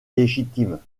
légitime